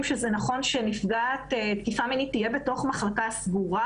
שזה נכון שנפגעת תקיפה מינית תהיה בתוך מחלקה סגורה.